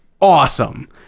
awesome